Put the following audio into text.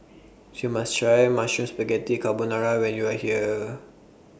YOU must Try Mushroom Spaghetti Carbonara when YOU Are here